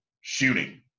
shooting